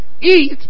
eat